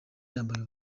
yambaye